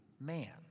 man